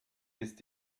ist